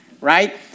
Right